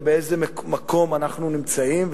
ובאיזה מקום אנחנו נמצאים,